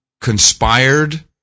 conspired